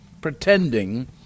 pretending